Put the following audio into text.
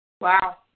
Wow